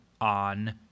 on